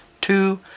two